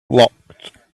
locked